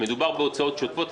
מדובר בהוצאות שוטפות.